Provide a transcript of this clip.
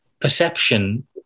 perception